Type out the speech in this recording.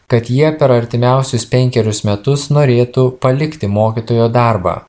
kad jie per artimiausius penkerius metus norėtų palikti mokytojo darbą